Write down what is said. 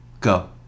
Go